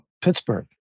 Pittsburgh